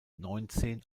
neunzehn